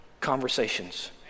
conversations